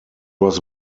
was